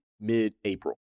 mid-April